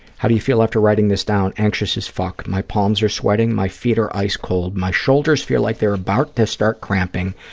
how do you feel after writing this down? anxious as fuck. my palms are sweating. my feet are ice cold. my shoulders feel like they're about to start cramping,